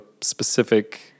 specific